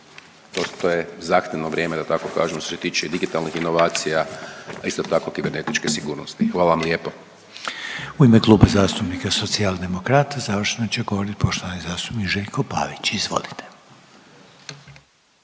je zahtjevno vrijeme, da tako kažem, što se tiče digitalnih inovacija, a isto tako kibernetičke sigurnosti. Hvala vam lijepo. **Reiner, Željko (HDZ)** U ime Kluba zastupnika Socijaldemokrata završno će govoriti poštovani zastupnik Željko Pavić, izvolite.